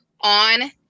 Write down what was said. on